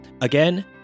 Again